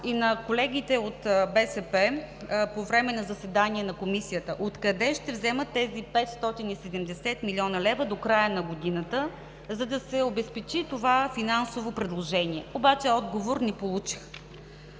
и на колегите от БСП по време на заседание на Комисията: откъде ще вземат тези 570 млн. лв. до края на годината, за да се обезпечи това финансово предложение? Отговор не получих.